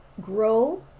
grow